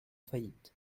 faillite